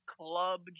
Club